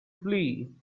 flee